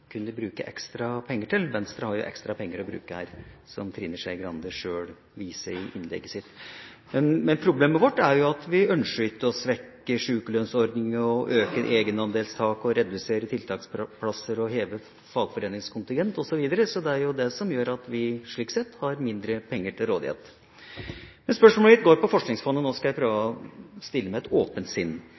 kunne bruke ekstra penger til. Venstre har jo ekstra penger å bruke her, som Trine Skei Grande sjøl viser i innlegget sitt. Problemet vårt er at vi ønsker ikke å svekke sykelønnsordningen, øke egenandelstaket, redusere tiltaksplasser, heve fagforeningskontingent osv. Det er det som gjør at vi har mindre penger til rådighet. Spørsmålet handler om Forskningsfondet, og nå skal jeg prøve å stille med et åpent sinn.